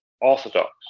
Orthodox